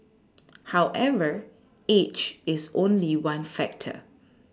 however age is only one factor